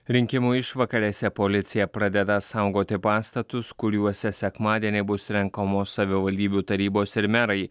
rinkimų išvakarėse policija pradeda saugoti pastatus kuriuose sekmadienį bus renkamos savivaldybių tarybos ir merai